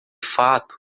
fato